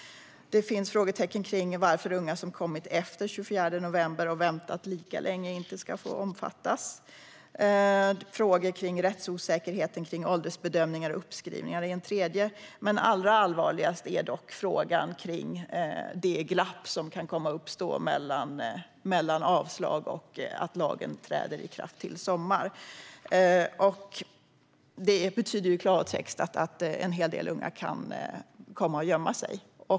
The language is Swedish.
Det finns frågetecken kring varför unga som kommit efter den 24 november och väntat lika länge inte ska omfattas. Frågan om rättsosäkerheten kring åldersbedömningar och uppskrivningar är ett tredje frågetecken. Men allra allvarligast är dock det glapp som kan komma att uppstå mellan avslag och till dess att lagen träder i kraft i sommar. Det betyder i klartext att en hel del unga kan komma att gömma sig.